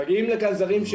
מגיעים לכאן זרים,